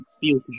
feel